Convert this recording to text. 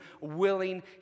willing